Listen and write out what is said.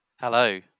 hello